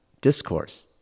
discourse